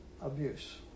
abuse